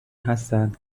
هستند